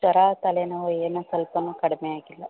ಜ್ವರ ತಲೆನೋವು ಏನೂ ಸ್ವಲ್ಪನು ಕಡಿಮೆಯಾಗಿಲ್ಲ